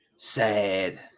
Sad